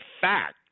fact